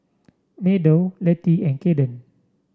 Meadow Letty and Kaden